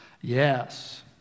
Yes